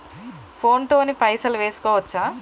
Phone తోని పైసలు వేసుకోవచ్చా?